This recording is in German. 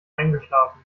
eingeschlafen